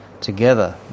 together